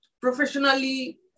professionally